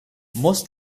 most